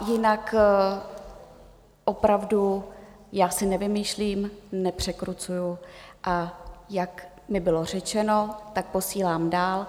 Jinak opravdu já si nevymýšlím, nepřekrucuji, a jak mi bylo řečeno, posílám dál.